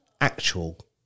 actual